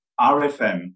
RFM